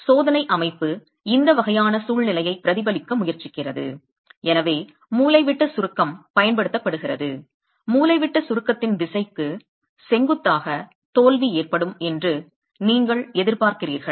எனவே சோதனை அமைப்பு இந்த வகையான சூழ்நிலையைப் பிரதிபலிக்க முயற்சிக்கிறது எனவே மூலைவிட்ட சுருக்கம் பயன்படுத்தப்படுகிறது மூலைவிட்ட சுருக்கத்தின் திசைக்கு செங்குத்தாக தோல்வி ஏற்படும் என்று நீங்கள் எதிர்பார்க்கிறீர்கள்